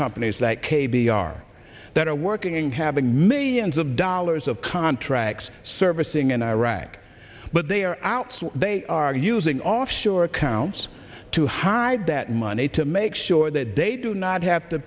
companies like k b r that are working and having millions of dollars of contracts servicing in iraq but they are out they are using offshore accounts to hide that money to make sure that they do not have to